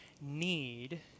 need